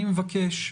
--- אני מבקש,